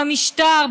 במשטר,